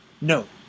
No